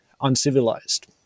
uncivilized